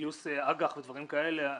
גיוס אג"ח ודברים כאלה.